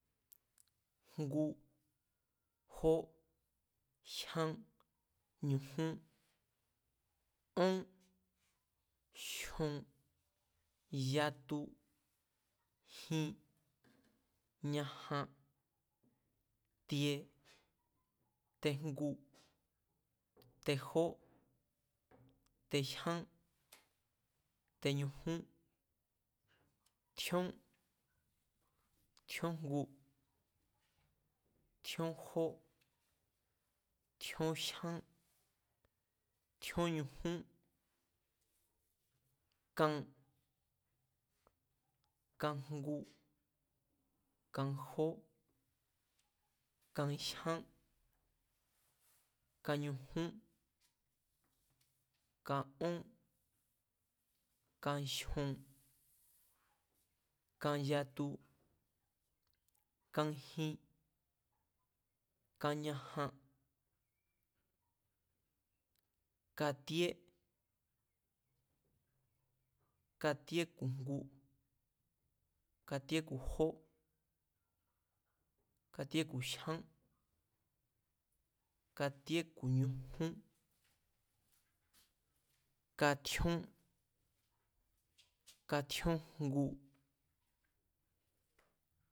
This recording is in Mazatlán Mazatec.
Ngu, jón, jyán, ñujún, ón, jyon, yatu, jin, ñaja, tie, tejngu, tejó, tejyán, teñujún, tjíón, tjíón jngu, tríón jó, tjíón jyán, tjíón ñujún, kan, kajngu, kajó, kajyán, kañujún, kaón, kajion, kayatu, kajin, kañaja, katíé, katíé ku̱ ngu, katíé ku̱ jó, katíé ku̱ jyán, katíé ku̱ ñujún, katjíón, katjíón jngu